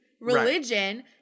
religion